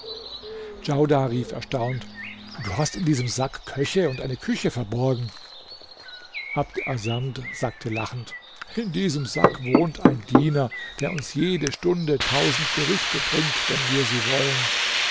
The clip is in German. djaudar rief erstaunt du hast in diesem sack köche und eine küche verborgen abd assamd sagte lachend in diesem sack wohnt ein diener der uns jede stunde tausend gerichte bringt wenn wir sie wollen